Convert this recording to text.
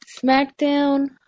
smackdown